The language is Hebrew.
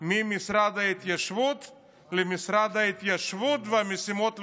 ממשרד ההתיישבות למשרד ההתיישבות והמשימות הלאומיות.